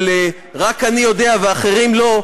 של רק אני יודע ואחרים לא,